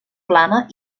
plana